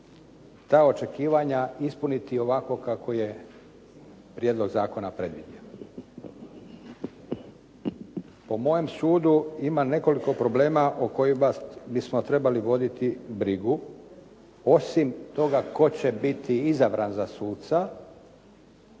ta očekivanja ispuniti ovako kako je prijedlog zakona predvidio? Po mojem sudu ima nekoliko problema o kojima bismo trebali voditi brigu, osim toga tko će biti izabran za suca